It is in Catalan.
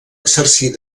exercir